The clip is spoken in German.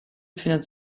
befindet